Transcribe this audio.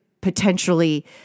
potentially